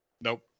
Nope